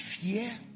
fear